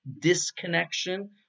disconnection